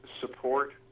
support